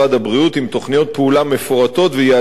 עם תוכניות פעולה מפורטות ויעדים מוגדרים